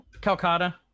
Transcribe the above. Calcutta